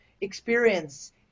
experience